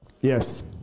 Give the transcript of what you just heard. Yes